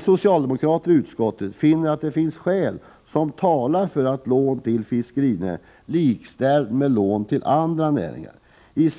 Vi socialdemokrater i utskottet anser att det finns skäl som talar för att lån till fiskerinäringen likställs med lån till andra näringar, i